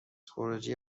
خروجی